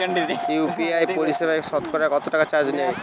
UPI পরিসেবায় সতকরা কতটাকা চার্জ নেয়?